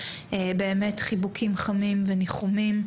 באמת חיבוקים חמים וניחומים,